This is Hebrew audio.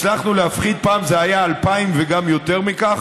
הצלחנו להפחית: פעם זה היה 2,000 וגם יותר מכך,